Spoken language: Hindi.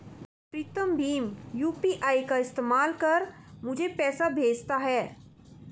प्रीतम भीम यू.पी.आई का इस्तेमाल कर मुझे पैसे भेजता है